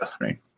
right